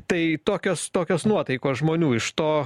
tai tokios tokios nuotaikos žmonių iš to